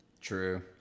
True